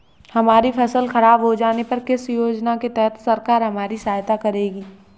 हमारी फसल खराब हो जाने पर किस योजना के तहत सरकार हमारी सहायता करेगी?